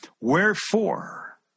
Wherefore